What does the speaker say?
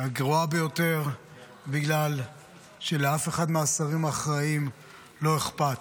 והגרועה ביותר בגלל שלאף אחד מהשרים האחראים לא אכפת.